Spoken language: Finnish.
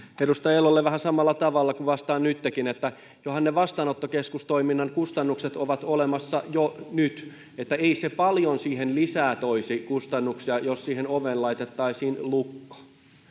edustaja elolle vähän samalla tavalla kuin vastaan nyttenkin ne vastaanottokeskustoiminnan kustannukset ovat olemassa jo nyt niin että ei se paljon siihen lisää toisi kustannuksia jos siihen oveen laitettaisiin lukko